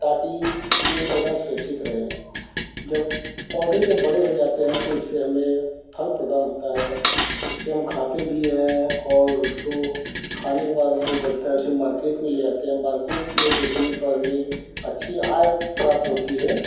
ताकि पेड़ पौधा सुरक्षित रहे जब पौधे जब बड़े हो जाते हैं तो उससे हमें फल प्रदान होता है उसे हम खाते भी हैं और उसको खाने के बाद जो बचता है उसे मार्केट में ले जाते हैं मार्केट में बेचने पर हमें अच्छी आय प्राप्त होती है